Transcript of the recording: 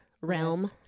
realm